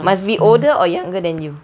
must be older or younger than you